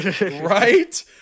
Right